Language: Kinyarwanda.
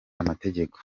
amategeko